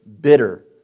bitter